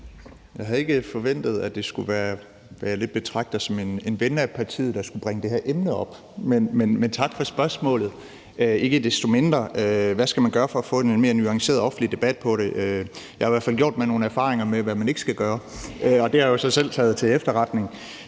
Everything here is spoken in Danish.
Jeg havde ikke forventet, at det skulle være, hvad jeg lidt betragter som en ven af partiet, der skulle bringe det her emne op. Men ikke desto mindre vil jeg sige tak for spørgsmålet. Hvad skal man gøre for at få en mere nuanceret offentlig debat af det? Jeg har i hvert fald gjort mig nogle erfaringer med, hvad man ikke skal gøre, og det har jeg så selv taget til efterretning.